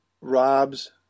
Rob's